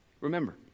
remember